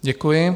Děkuji.